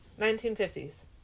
1950s